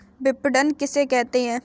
विपणन किसे कहते हैं?